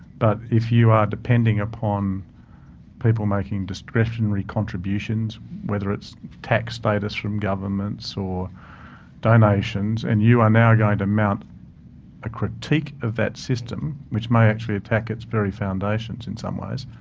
but if you are depending upon people making discretionary contributions, whether it's tax status from governments or donations, and you are now going to mount a critique of that system, which may actually attack its very foundations in some ways,